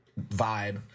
vibe